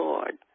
Lord